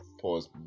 Pause